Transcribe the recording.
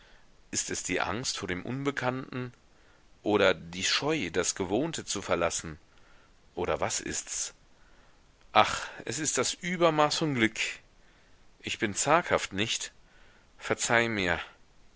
ist es die angst vor dem unbekannten oder die scheu das gewohnte zu verlassen oder was ists ach es ist das übermaß von glück ich bin zaghaft nicht verzeih mir